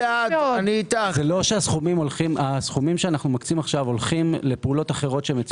הסכומים שאנחנו מקצים הולכים לפעולות אחרות.